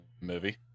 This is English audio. movie